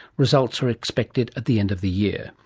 results are expected at the end of the year.